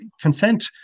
Consent